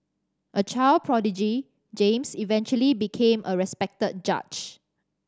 a child prodigy James eventually became a respected judge